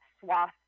swath